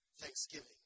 thanksgiving